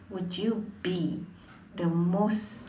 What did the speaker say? would you be the most